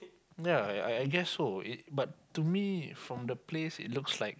ya I I I guess so it but to me from the place it looks like